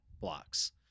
blocks